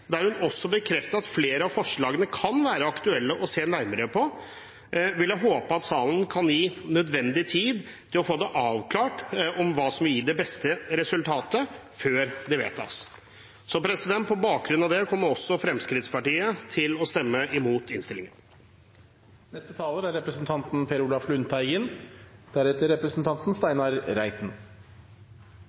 der hun også bekrefter at flere av forslagene kan være aktuelle å se nærmere på, vil jeg håpe at salen kan gi nødvendig tid til å få avklart hva som gir det beste resultatet, før det vedtas. På bakgrunn av det kommer også Fremskrittspartiet til å stemme imot innstillingen.